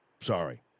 sorry